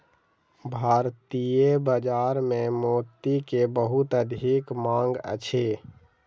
भारतीय बाजार में मोती के बहुत अधिक मांग अछि